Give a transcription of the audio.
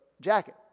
jacket